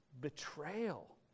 betrayal